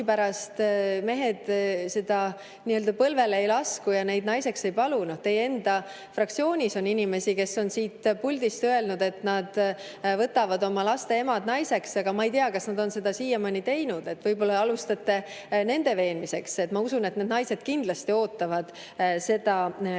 mehed põlvele ei lasku ja neid naiseks ei palu. Teie enda fraktsioonis on inimesi, kes on siit puldist öelnud, et nad võtavad oma laste ema naiseks, aga ma ei tea, kas nad on seda siiamaani teinud. Võib-olla alustate nende veenmisest. Ma usun, et need naised kindlasti ootavad seda